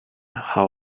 how